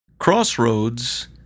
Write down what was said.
Crossroads